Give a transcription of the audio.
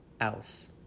else